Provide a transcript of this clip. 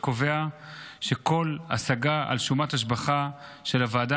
שקובע שכל השגה על שומת השבחה של הוועדה